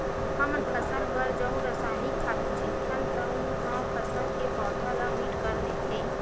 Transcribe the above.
हमन फसल बर जउन रसायनिक खातू छितथन तउन ह फसल के पउधा ल मीठ कर देथे